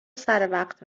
سروقت